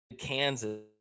Kansas